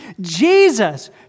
Jesus